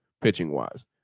pitching-wise